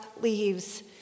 leaves